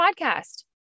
Podcast